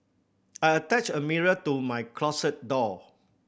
I attached a mirror to my closet door